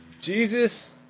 Jesus